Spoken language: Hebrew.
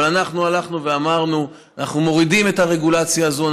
אבל אנחנו הלכנו ואמרנו: אנחנו מורידים את הרגולציה הזאת,